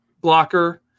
blocker